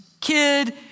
kid